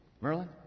Merlin